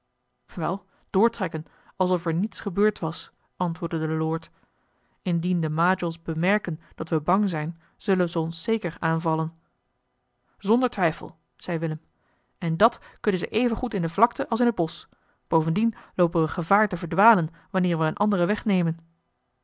wel doortrekken alsof er niets gebeurd was antwoordde de lord indien de majols bemerken dat we bang zijn zullen ze ons zeker aanvallen zonder twijfel zei willem en dat kunnen ze evengoed in de vlakte als in het bosch bovendien loopen we gevaar te verdwalen wanneer we een anderen